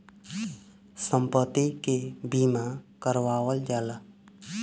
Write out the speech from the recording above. सम्पति के बीमा करावल जाला